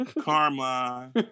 Karma